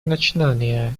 начинаниях